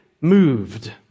moved